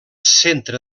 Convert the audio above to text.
centre